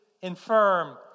infirm